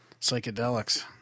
psychedelics